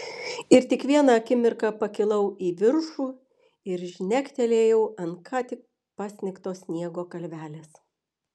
ir tik vieną akimirką pakilau į viršų ir žnektelėjau ant ką tik pasnigto sniego kalvelės